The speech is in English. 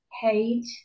hate